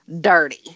dirty